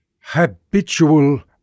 habitual